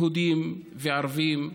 יהודים וערבים,